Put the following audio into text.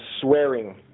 swearing